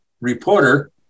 reporter